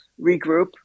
regroup